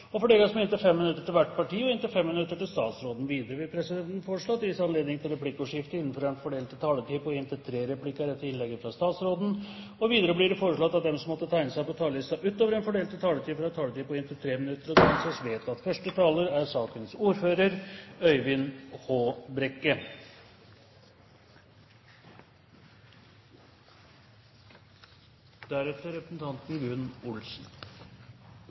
og fordeles med inntil 5 minutter til hvert parti og inntil 5 minutter til statsråden. Videre vil presidenten foreslå at det gis anledning til replikkordskifte på inntil 5 replikker med svar etter innlegget til statsråden innenfor den fordelte taletid. Videre blir det foreslått at de som måtte tegne seg på talerlisten utover den fordelte taletid, får en taletid på inntil 3 minutter. – Det anses vedtatt. I dag skal energi- og miljøkomiteen på en måte gi fra seg Gudrun til Stortinget. Det er